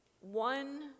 One